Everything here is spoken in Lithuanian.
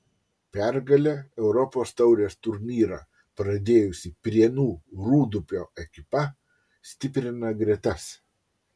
pergale europos taurės turnyrą pradėjusi prienų rūdupio ekipa stiprina gretas